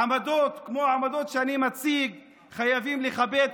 עמדות כמו העמדות שאני מציג חייבים לכבד,